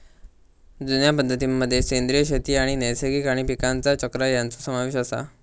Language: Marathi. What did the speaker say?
जुन्या पद्धतीं मध्ये सेंद्रिय शेती आणि नैसर्गिक आणि पीकांचा चक्र ह्यांचो समावेश आसा